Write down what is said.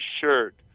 shirt